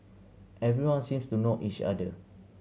everyone seems to know each other